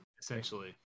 Essentially